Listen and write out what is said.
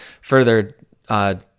further